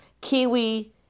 kiwi